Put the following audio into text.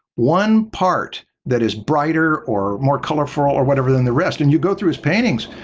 one part that is brighter or more colorful or whatever than the rest, and you go through his paintings,